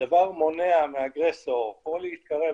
הדבר מונע מהאגרסור להתקרב